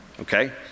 Okay